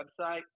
website